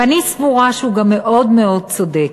ואני סבורה שהוא גם מאוד מאוד צודק.